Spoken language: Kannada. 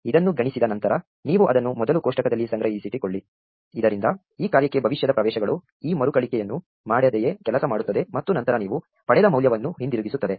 ಇದನ್ನು ಗಣಿಸಿದ ನಂತರ ನೀವು ಅದನ್ನು ಮೊದಲು ಕೋಷ್ಟಕದಲ್ಲಿ ಸಂಗ್ರಹಿಸಿಟ್ಟುಕೊಳ್ಳಿ ಇದರಿಂದ ಈ ಕಾರ್ಯಕ್ಕೆ ಭವಿಷ್ಯದ ಪ್ರವೇಶಗಳು ಈ ಮರುಕಳಿಕೆಯನ್ನು ಮಾಡದೆಯೇ ಕೆಲಸ ಮಾಡುತ್ತದೆ ಮತ್ತು ನಂತರ ನೀವು ಪಡೆದ ಮೌಲ್ಯವನ್ನು ಹಿಂದಿರುಗಿಸುತ್ತದೆ